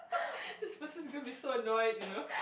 this person is gonna be so annoyed you know